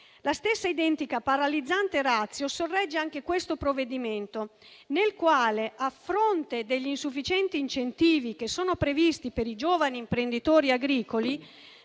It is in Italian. La stessa identica paralizzante *ratio* sorregge anche questo provvedimento, nel quale, a fronte degli insufficienti incentivi previsti per i giovani imprenditori agricoli,